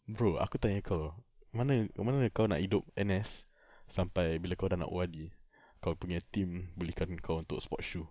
bro aku tanya kau mana mana kau nak hidup N_S sampai bila kau nak O_R_D kau punya team belikan kau untuk sports shoe